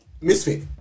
misfit